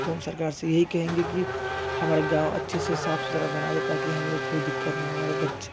तो हम सरकार से यही कहेंगे कि हमारे गाँव अच्छे से साफ सुथरा बना दे ताकि हम लोग कोई दिक्कत ना हमारे बच्चे